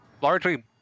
largely